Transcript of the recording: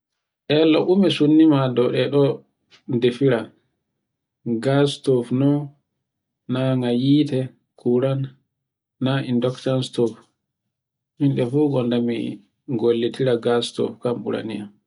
Elo dume sundima dow ɗe ɗo defira, gasstove non, nanga hite, kuran na indoctanstove. Inde fu gonda mi gollitira gasstove, kan ɓura niyam.